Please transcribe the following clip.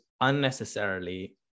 unnecessarily